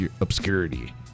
obscurity